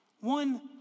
One